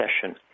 session